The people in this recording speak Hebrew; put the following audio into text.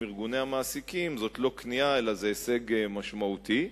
ארגוני המעסיקים זאת לא כניעה אלא הישג משמעותי.